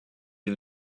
une